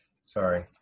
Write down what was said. sorry